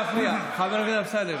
נא לא להפריע, חבר הכנסת אמסלם.